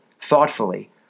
thoughtfully